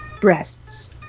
Breasts